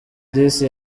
disi